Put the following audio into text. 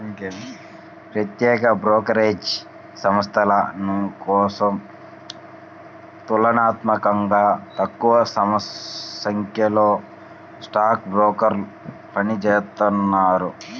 ప్రత్యేక బ్రోకరేజ్ సంస్థల కోసం తులనాత్మకంగా తక్కువసంఖ్యలో స్టాక్ బ్రోకర్లు పనిచేత్తారు